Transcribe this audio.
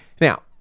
Now